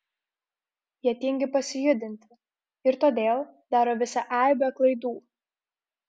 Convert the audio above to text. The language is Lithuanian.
jie tingi pasijudinti ir todėl daro visą aibę klaidų